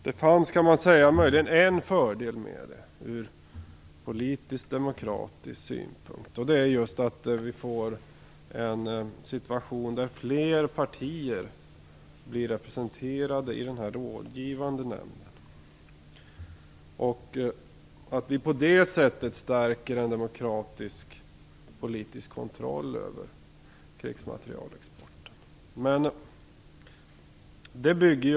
Det finns möjligen en fördel med det, från politiskdemokratisk synpunkt, och det är att vi får en situation där fler partier blir representerade i den rådgivande nämnden och att vi på det sättet stärker en demokratisk politisk kontroll över krigsmaterielexporten.